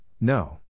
No